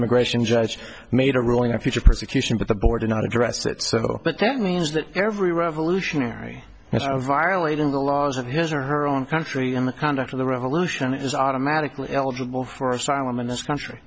immigration judge made a ruling on future persecution by the border not addressed it but then means that every revolutionary violating the laws of his or her own country in the conduct of the revolution is automatically eligible for asylum in this country